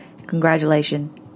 Congratulations